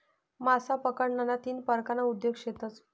मासा पकडाना तीन परकारना उद्योग शेतस